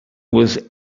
was